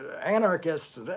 anarchists